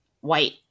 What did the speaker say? white